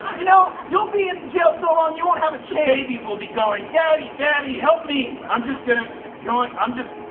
you know, you'll be in jail so long you won't have a chance. the babies will be going daddy, daddy, help me. i'm just gonna going i'm just